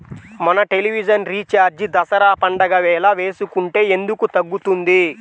మన television recharge Dasara పండగ వేళ వేసుకుంటే ఎందుకు తగ్గుతుంది?